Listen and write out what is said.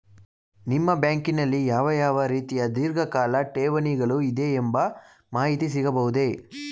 ನಿಮ್ಮ ಬ್ಯಾಂಕಿನಲ್ಲಿ ಯಾವ ಯಾವ ರೀತಿಯ ಧೀರ್ಘಕಾಲ ಠೇವಣಿಗಳು ಇದೆ ಎಂಬ ಮಾಹಿತಿ ಸಿಗಬಹುದೇ?